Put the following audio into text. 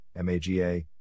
MAGA